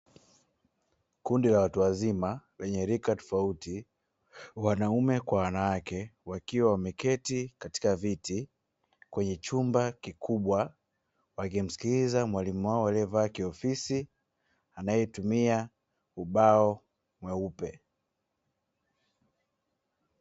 Kundi la watu wazima lenye rika tofauti wanaume kwa wanawake wakiwa wameketi katika viti kwenye chumba kikubwa , wakimsikiliza mwalimu wao aliyevaa kiofisi anayetumia ubao mweupe .